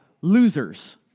losers